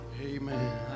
Amen